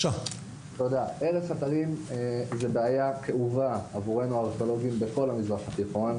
הרס אתרים זה בעיה כאובה עבורנו הארכיאולוגים בכל המזרח התיקון,